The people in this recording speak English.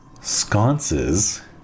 sconces